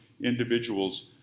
individuals